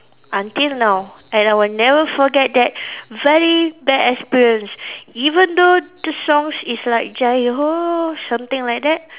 until now and I will never forget that very bad experience even though the songs is like Jai Ho something like that